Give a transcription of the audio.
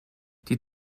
die